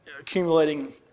accumulating